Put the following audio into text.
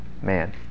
man